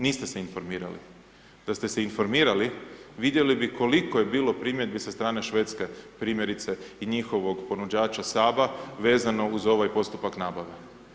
Niste se informirali, da ste se informirali vidjeli bi koliko je bilo primjedbi sa strane Švedske primjerice i njihovog ponuđača Saba vezano uz ovaj postupak nabave.